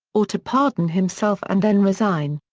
or to pardon himself and then resign.